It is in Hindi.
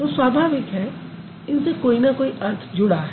तो स्वाभाविक है कि इनसे कोई न कोई अर्थ जुड़ा है